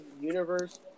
universe